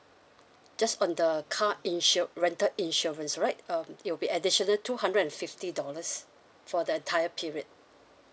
just on the car insur~ rental insurance right um it'll be additional two hundred and fifty dollars for the entire period